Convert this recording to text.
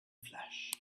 flash